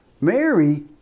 Mary